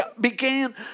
began